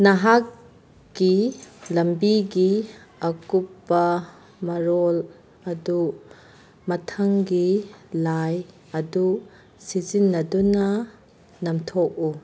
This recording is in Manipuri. ꯅꯍꯥꯛꯀꯤ ꯂꯝꯕꯤꯒꯤ ꯑꯛꯨꯞꯄ ꯃꯔꯣꯜ ꯑꯗꯨ ꯃꯊꯪꯒꯤ ꯂꯥꯏ ꯑꯗꯨ ꯁꯤꯖꯤꯟꯅꯗꯨꯅ ꯅꯝꯊꯣꯛꯎ